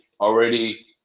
already